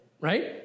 right